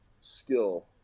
skill